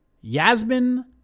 Yasmin